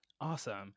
Awesome